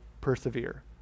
persevere